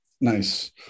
Nice